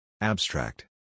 Abstract